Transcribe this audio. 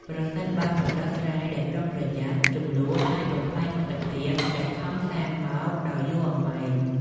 ប្រសិនបើមិនដោះស្រាយដោយប្រុងប្រយ័ត្ន ជម្លោះអាចបំផ្លាញមិត្តភាពដែលខំសាងមកដោយយូរអង្វែង ។